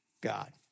God